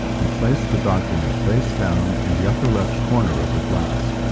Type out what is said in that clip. and place the document face down in the upper left corner of the glass.